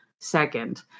second